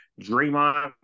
Draymond